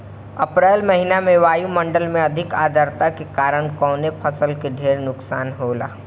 अप्रैल महिना में वायु मंडल में अधिक आद्रता के कारण कवने फसल क ढेर नुकसान होला?